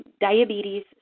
diabetes